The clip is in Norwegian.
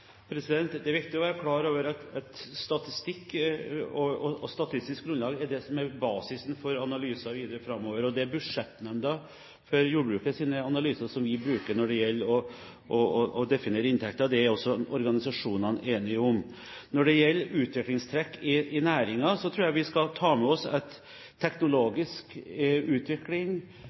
Det er viktig å være klar over at statistikk og statistisk grunnlag er basisen for analyser videre framover. Det er Budsjettnemnda for jordbruket sine analyser vi bruker når det gjelder å definere inntektene. Det er også organisasjonene enige om. Når det gjelder utviklingstrekk i næringen, tror jeg vi skal ta med oss at teknologisk utvikling,